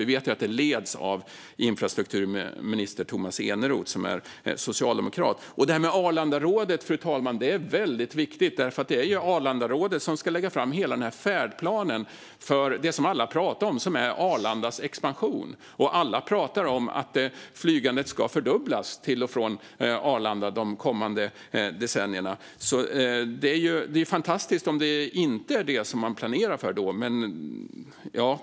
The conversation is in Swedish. Vi vet ju att det leds av infrastrukturminister Tomas Eneroth, som är socialdemokrat. Det här med Arlandarådet, fru talman, är väldigt viktigt. Det är ju Arlandarådet som ska lägga fram hela färdplanen för det som alla talar om, nämligen Arlandas expansion. Alla talar om att flygandet till och från Arlanda ska fördubblas de kommande decennierna. Därför vore det fantastiskt om det inte var det man planerade för.